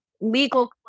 legal